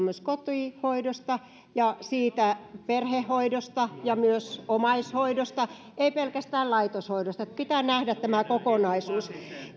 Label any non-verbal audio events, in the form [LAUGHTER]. [UNINTELLIGIBLE] myös kotihoidosta ja perhehoidosta ja myös omaishoidosta ei pelkästään laitoshoidosta pitää nähdä tämä kokonaisuus